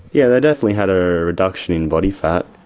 yeah they definitely had a reduction in body fat.